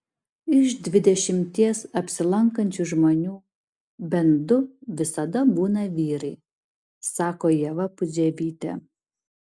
iš dvidešimties apsilankančių žmonių bent du visada būna vyrai sako ieva pudževytė